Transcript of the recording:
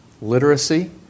literacy